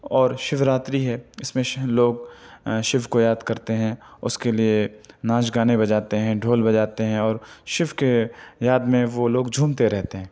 اور شیوراتری ہے اس میں شہن لوگ شیو کو یاد کرتے ہیں اس کے لئے ناچ گانے بجاتے ہیں ڈھول بجاتے ہیں اور شیو کے یاد میں وہ لوگ جھومتے رہتے ہیں